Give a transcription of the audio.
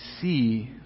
see